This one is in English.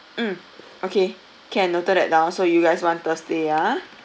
mm okay can noted that down so you guys want thursday ah